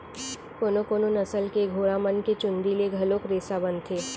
कोनो कोनो नसल के घोड़ा मन के चूंदी ले घलोक रेसा बनथे